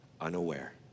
unaware